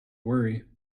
worry